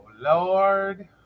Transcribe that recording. Lord